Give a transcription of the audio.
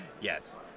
Yes